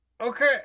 Okay